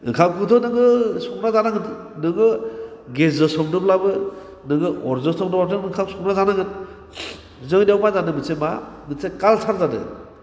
ओंखामखौथ' नोङो संना जानांगोन नोङो गेसजों संनोब्लाबो नोङो अरजों संनोबाबो नों ओंखाम संना जानांगोन जोंनाव मा जादों मोनसे मा मोनसे काल्सार जादों